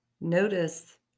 Notice